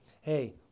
Hey